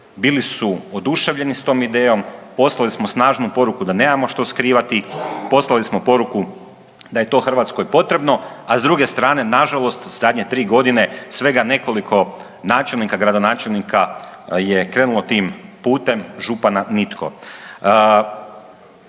bili su oduševljeni s tom idejom, poslali smo snažnu poruku da nemamo što skrivati, poslali smo poruku da je to Hrvatskoj potrebno a s druge strane nažalost zadnje 3 godine, svega nekoliko načelnika, gradonačelnika je krenulo tim putem, od župana nitko.